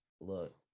look